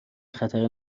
خطر